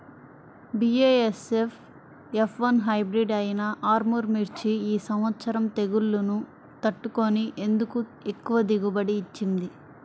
BASF F one hybrid అయినా ఆర్ముర్ మిర్చి ఈ సంవత్సరం తెగుళ్లును తట్టుకొని ఎందుకు ఎక్కువ దిగుబడి ఇచ్చింది?